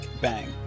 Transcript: Bang